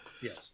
yes